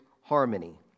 harmony